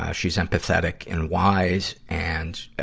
ah she's empathetic and wise and,